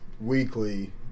weekly